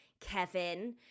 Kevin